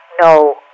no